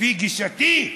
לפי גישתי,